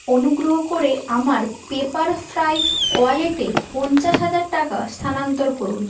অনুগ্রহ করে আমার পেপারফ্রাই ওয়ালেটে পঞ্চাশ হাজার টাকা স্থানান্তর করুন